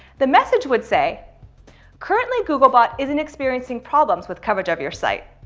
the message would say currently googlebot isn't experiencing problems with coverage of your site.